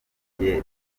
rye